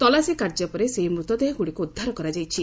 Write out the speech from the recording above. ତଲାସୀ କାର୍ଯ୍ୟ ପରେ ସେହି ମୃତଦେହଗୁଡ଼ିକୁ ଉଦ୍ଧାର କରାଯାଇଛି